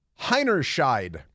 Heinerscheid